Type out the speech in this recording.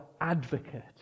advocate